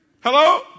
Hello